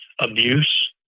abuse